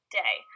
day